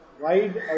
wide